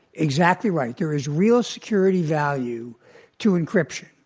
exactly right. there is real security value to encryption.